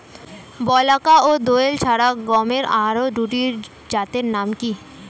বলাকা ও দোয়েল ছাড়া গমের আরো দুটি জাতের নাম কি?